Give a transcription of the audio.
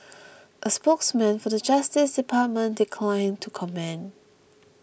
a spokesman for the Justice Department declined to comment